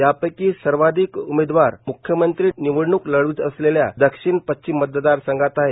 यापैकी सर्वाधिक उमेदवार मुख्यमंत्री निवडणूक लढवित असलेला दक्षिण पश्चिम मतदारसंघात आहे